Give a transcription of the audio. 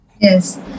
yes